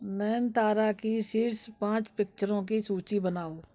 नयनतारा की शीर्ष पाँच पिक्चरों की सूची बनाओ